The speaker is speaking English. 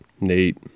Nate